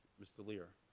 mr. leer.